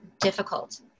difficult